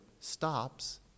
stops